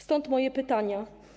Stąd moje pytania.